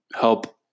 help